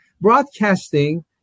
broadcasting